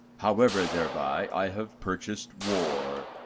how ever thereby i have purchased war.